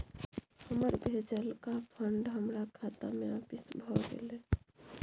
हमर भेजलका फंड हमरा खाता में आपिस भ गेलय